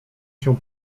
się